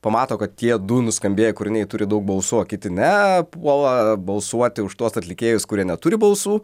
pamato kad tie du nuskambėję kūriniai turi daug balsų o kiti ne puola balsuoti už tuos atlikėjus kurie neturi balsų